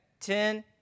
Ten